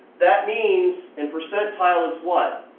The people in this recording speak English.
that means, and percentile is what?